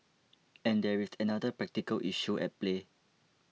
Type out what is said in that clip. and there is another practical issue at play